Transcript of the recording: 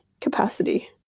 capacity